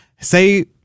say